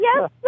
yes